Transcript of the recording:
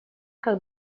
как